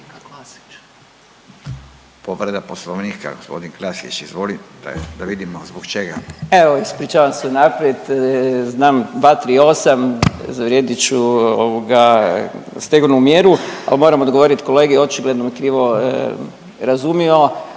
Povreda Poslovnika gospodin Klasić, izvolite da vidimo zbog čega. **Klasić, Darko (HSLS)** Evo, ispričavam se unaprijed znam 238. zavrijedit ću ovoga stegovnu mjeru ali moram odgovoriti kolegi očigledno je krivo razumio.